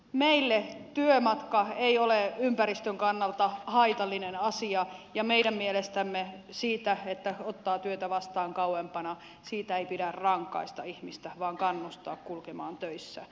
meille työmatka ei ole ympäristön kannalta haitallinen asia ja meidän mielestämme siitä että ottaa työtä vastaan kauempaa ei pidä rangaista ihmistä vaan kannustaa kulkemaan töissä